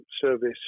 service